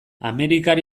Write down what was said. amerikar